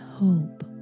hope